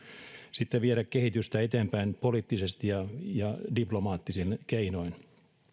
sitten viedä kehitystä eteenpäin poliittisesti ja ja diplomaattisin keinoin